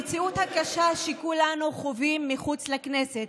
המציאות הקשה שכולנו חווים מחוץ לכנסת.